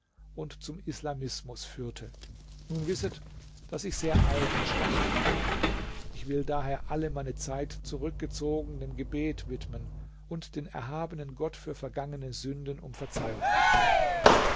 und zum islamismus führte nun wisset daß ich sehr alt und schwach geworden ich will daher alle meine zeit zurückgezogen dem gebet widmen und den erhabenen gott für vergangene sünden um verzeihung bitten